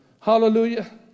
Hallelujah